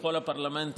בכל הפרלמנטים,